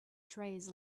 trays